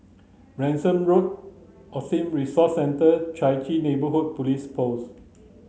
Branksome Road Autism Resource Centre Chai Chee Neighbourhood Police Post